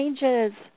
changes